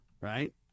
right